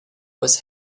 was